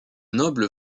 noble